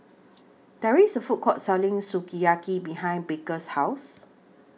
There IS A Food Court Selling Sukiyaki behind Baker's House